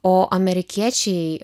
o amerikiečiai